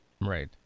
Right